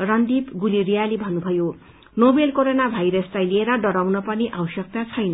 रणदिप गुलेरियाले भन्नुभयो novel corona भाइरसलाई लिएर डराउन पर्ने आवश्यकता छैन